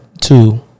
two